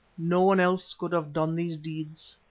no one else could have done these deeds.